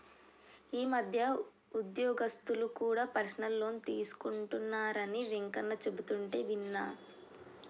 ఈ మధ్య ఉద్యోగస్తులు కూడా పర్సనల్ లోన్ తీసుకుంటున్నరని వెంకన్న చెబుతుంటే విన్నా